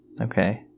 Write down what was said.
Okay